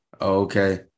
okay